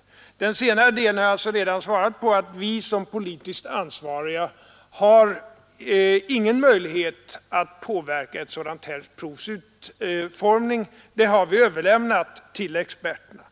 Beträffande den senare delen har jag redan svarat att vi som politiskt ansvariga inte har något möjlighet att påverka utformningen av ett sådant här prov. Den saken har vi överlämnat till experterna.